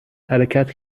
حرکت